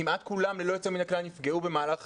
כמעט כולם ללא יוצא מן הכלל נפגעו במהלך